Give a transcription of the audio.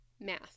math